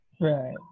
Right